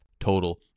total